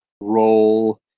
role